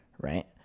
right